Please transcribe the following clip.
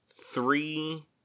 three